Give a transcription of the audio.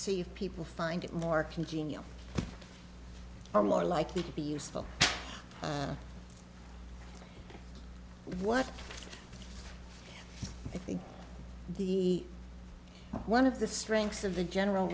see if people find it more congenial or more likely to be useful what i think the one of the strengths of the general